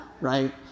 right